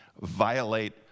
violate